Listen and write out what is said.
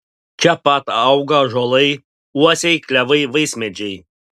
čia pat auga ąžuolai uosiai klevai vaismedžiai